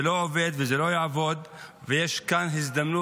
זה לא עובד וזה לא יעבוד, ויש כאן הזדמנות.